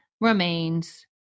remains